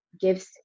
gives